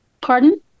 Pardon